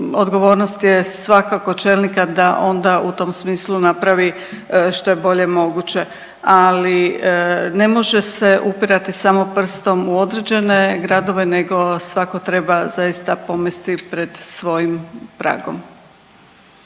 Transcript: odgovornost je svakako čelnika da onda u tom smislu napravi što je bolje moguće. Ali ne može se upirati samo prstom u određene gradove nego svako treba zaista pomesti pred svojim pragom.